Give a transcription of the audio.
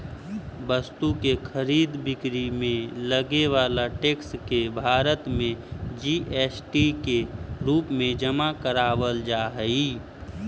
वस्तु के खरीद बिक्री में लगे वाला टैक्स के भारत में जी.एस.टी के रूप में जमा करावल जा हई